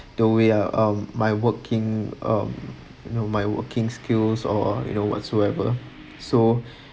the way I am my working um you know my working skills or you know whatsoever so